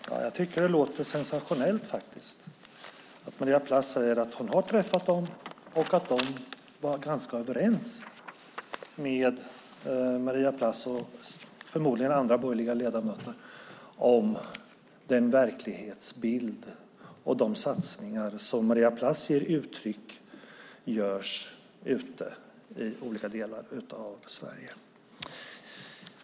Herr talman! Jag tycker att det låter sensationellt att Maria Plass säger att hon har träffat Småkom och att de var överens med henne och förmodligen andra borgerliga ledamöter om den verklighetsbild och de satsningar som hon hävdar görs i olika delar av Sverige.